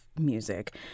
music